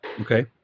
Okay